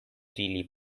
really